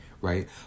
right